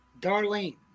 Darlene